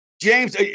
James